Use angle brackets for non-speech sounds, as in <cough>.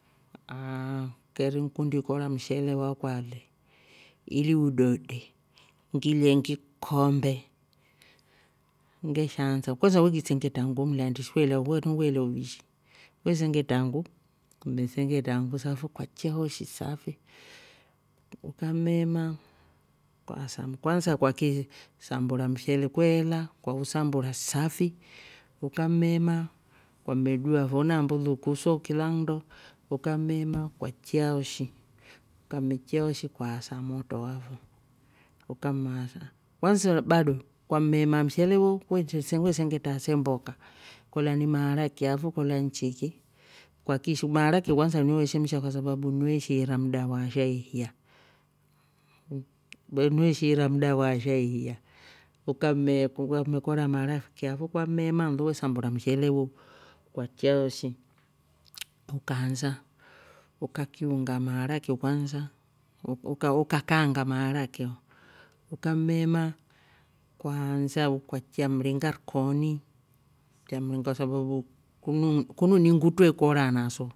<hesitation> keri ngikundi ikora mshele wakwa le ili udode ngilye ngikukombe ngeshaansa- kwanza we ki sengetra ngu mlya ndi shi we wela kwani wela uvishi we sengtra ngu ukammesengetra ngu safo ukachiya ho shi safi ukammemaa kwaasa- kwansa kwakii sambura mshele kweela kwausambura safi ukamme maa kwammedua fo na mbuluku so kilanndo ukammemaa kwaichya oh shi ukammeikya oh shi kwaasa motro wafo ukammeasa kwansa bado kwammemaa mshele wo kwetre nge sengetra se mboka kolya ni maaraki fo kolya nchiki. kwakish- maaraki yo kwansa we shemsha kwasababu nnyo yeshiira mda waasha ihiya. nnyo ye shiira mda mwaasha weshiiya ukamme kora mara fiki yafo ukamme maa nlo we sambura mshele wo kwachiya ho shi <noise> uka ansa ukakiunga maaraki kwansa. uka- kaanga maaraki oh ukamme maa kwaansa u kwaichya mringa rikoni kwa sababu kunu ni ngu trwe kora naso.